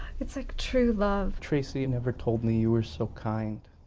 it's like true love. tracy never told me you were so kind.